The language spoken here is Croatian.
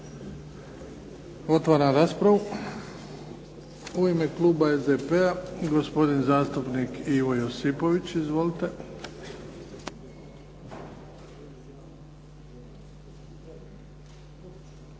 Otvaram raspravu. U ime kluba SDP-a gospodin zastupnik Ivo Josipović. Izvolite.